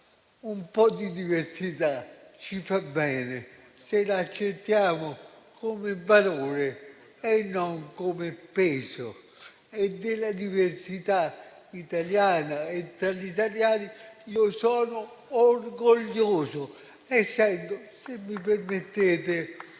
un po' di diversità, che però ci fa bene, se la accettiamo come valore e non come peso. Della diversità italiana e tra gli italiani io sono orgoglioso, essendo - se mi permettete,